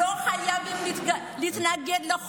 תודה.